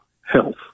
health